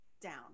down